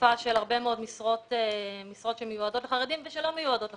וחשיפה של הרבה מאוד משרות שמיועדות לחרדים ושלא מיועדות לחרדים.